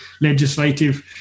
legislative